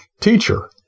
Teacher